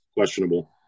questionable